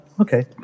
okay